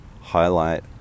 highlight